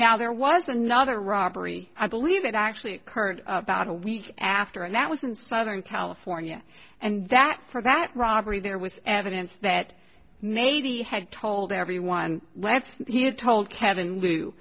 now there was another robbery i believe it actually occurred about a week after and that was in southern california and that for that robbery there was evidence that navy had told everyone left he had told kevin l